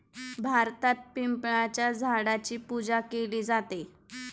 भारतात पिंपळाच्या झाडाची पूजा केली जाते